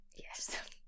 Yes